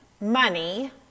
money